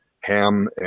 ham